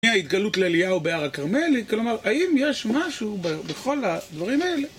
מההתגלות לאליהו בהר הכרמלית, כלומר, האם יש משהו בכל הדברים האלה?